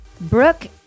Brooke